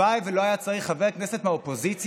והלוואי ולא היה צריך חבר כנסת מהאופוזיציה